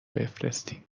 بفرستین